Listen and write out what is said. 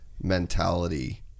mentality